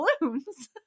balloons